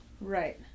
right